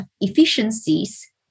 efficiencies